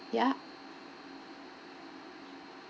ya